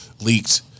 leaked